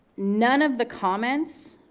none of the comments.